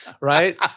Right